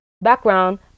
Background